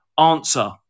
Answer